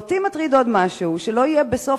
אותי מטריד עוד משהו: שלא יהיה בסוף